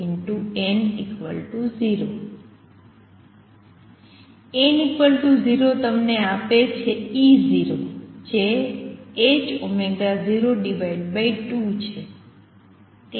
n 0 તમને આપે છે E0 જે 02 છે